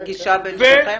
פגישה בינכם?